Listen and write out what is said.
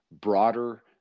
broader